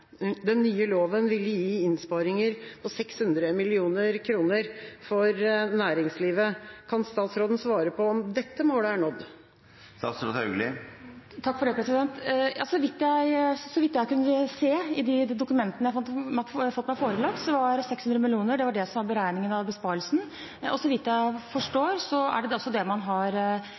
den nye loven ville gi innsparinger på 600 mill. kr for næringslivet. Kan statsråden svare på om dette målet er nådd? Så vidt jeg kunne se i de dokumentene som jeg har fått meg forelagt, var 600 mill. kr det som var beregningen av besparelsen. Så vidt jeg forstår, er det også det man har